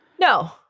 No